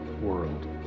world